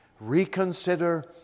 reconsider